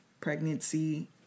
pregnancy